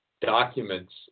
documents